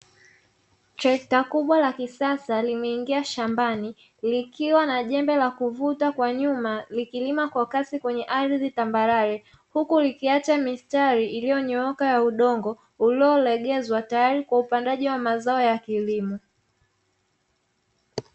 Trekta kubwa la kisasa na limeingia shambani likiwa na jembe la kuvuta kwa nyuma likilima kwa kasi kwenye ardhi tambarare, huku likiacha mistari iliyonyooka ya udongo uliolegezwa tayari kwa upandaji wa mazao ya kilimo.